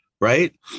right